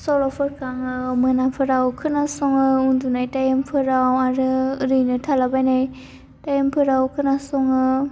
सल'फोरखौ आङो मोनाफोराव खोनासङो उन्दुनाय थाइमफोराव आरो ओरैनो थालाबायनाय थाइमफोराव खोनासङो